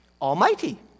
Almighty